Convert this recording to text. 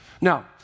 Now